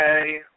okay